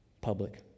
public